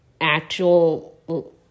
actual